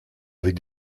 avec